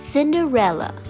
Cinderella